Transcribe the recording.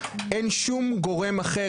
אין שום גורם אחר,